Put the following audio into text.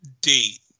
date